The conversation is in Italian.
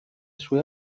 sue